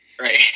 Right